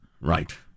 Right